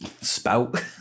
spout